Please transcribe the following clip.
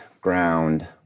ground